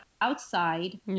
outside